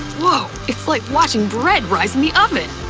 woah, it's like watching bread rise in the oven!